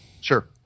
Sure